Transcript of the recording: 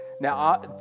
Now